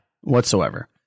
Whatsoever